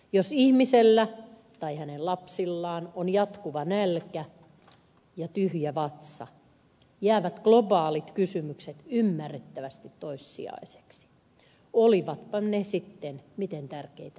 jos ihmisellä tai hänen lapsillaan on jatkuva nälkä ja tyhjä vatsa jäävät globaalit kysymykset ymmärrettävästi toissijaisiksi olivatpa ne sitten miten tärkeitä tahansa